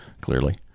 clearly